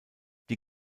die